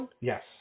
Yes